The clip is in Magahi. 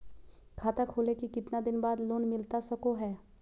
खाता खोले के कितना दिन बाद लोन मिलता सको है?